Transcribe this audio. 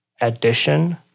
addition